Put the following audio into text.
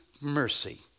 mercy